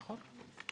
נכון.